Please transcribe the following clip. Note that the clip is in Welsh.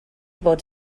bod